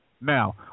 Now